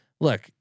Look